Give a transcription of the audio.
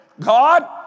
God